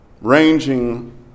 ranging